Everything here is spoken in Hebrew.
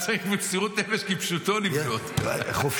היה צריך מסירות נפש כפשוטו --- חופשי,